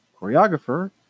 Choreographer